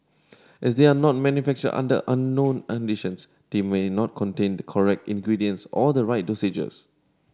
as they are no manufactured under unknown conditions they may not contain the correct ingredients or the right dosages